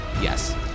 Yes